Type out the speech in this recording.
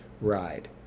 ride